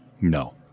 No